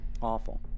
awful